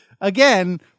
again